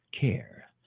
care